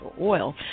oil